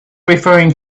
referring